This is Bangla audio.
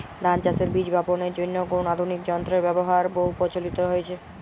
ধান চাষের বীজ বাপনের জন্য কোন আধুনিক যন্ত্রের ব্যাবহার বহু প্রচলিত হয়েছে?